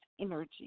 energy